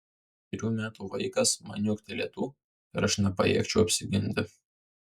penkerių metų vaikas man niuktelėtų ir tai nepajėgčiau apsiginti